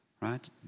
right